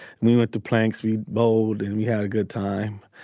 we went to planks, we bowled, and we had a good time.